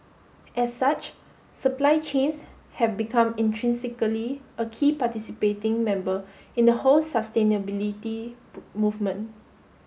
as such supply chains have become intrinsically a key participating member in the whole sustainability movement